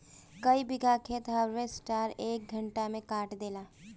कई बिगहा खेत हार्वेस्टर एके घंटा में काट देला